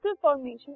formation